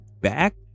back